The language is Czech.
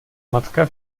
matka